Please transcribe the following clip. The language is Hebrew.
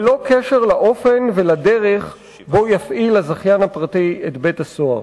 ללא קשר לאופן ולדרך שבהם יפעיל הזכיין הפרטי את בית-הסוהר.